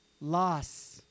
loss